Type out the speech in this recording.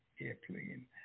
airplane